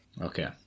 Okay